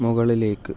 മുകളിലേക്ക്